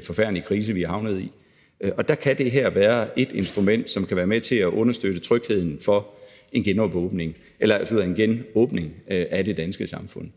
forfærdelige krise, vi er havnet i. Der kan det her være et instrument, som kan være med til at understøtte trygheden i en genåbning af det danske samfund.